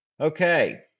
Okay